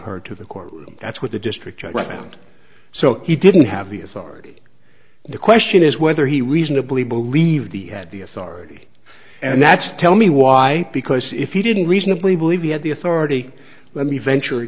her to the court that's what the district judge and so he didn't have the authority the question is whether he reasonably believed he had the authority and that's tell me why because if he didn't reasonably believe he had the authority let me ventur